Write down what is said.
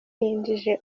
yinjije